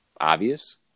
obvious